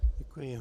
Děkuji.